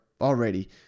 already